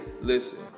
Listen